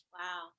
Wow